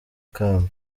kamba